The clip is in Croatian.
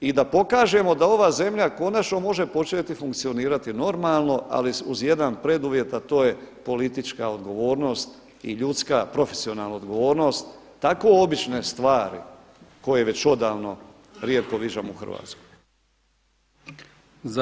I da pokažemo da ova zemlja konačno može početi funkcionirati normalno ali uz jedan preduvjet a to je politička odgovornost i ljudska, profesionalna odgovornost, tako obične stvari koje već odavno rijetko viđamo u Hrvatskoj.